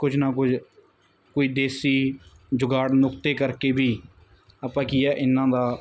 ਕੁਝ ਨਾ ਕੁਝ ਕੋਈ ਦੇਸੀ ਜੁਗਾੜ ਨੁਕਤੇ ਕਰਕੇ ਵੀ ਆਪਾਂ ਕੀ ਆ ਇਹਨਾਂ ਦਾ